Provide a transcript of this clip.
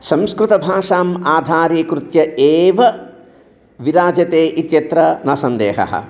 संस्कृतभाषाम् आधारीकृत्य एव विराजते इत्यत्र न सन्देहः